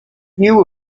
knew